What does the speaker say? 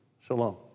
Shalom